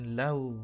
love